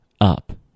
up